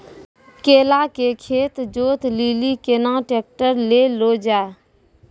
केला के खेत जोत लिली केना ट्रैक्टर ले लो जा?